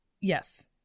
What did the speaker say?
Yes